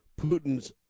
putin's